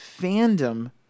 fandom –